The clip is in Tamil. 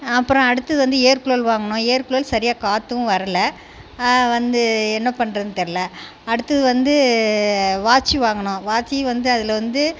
அப்புறம் அடுத்தது வந்து ஏர் கூலர் வாங்கினோம் ஏர் கூலர் சரியாக காற்றும் வரலை வந்து என்ன பண்ணுறதுன்னு தெரில அடுத்தது வந்து வாட்ச்சு வாங்கினோம் வாட்ச்சும் வந்து அதில் வந்து